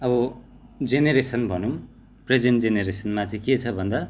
अब जेनरेसन भनौँ प्रेजेन्ट जेनरेसनमा चाहिँ के छ भन्दा